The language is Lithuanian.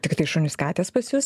tiktai šunys katės pas jus